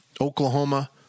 Oklahoma